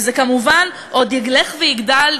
וזה כמובן עוד ילך ויגדל,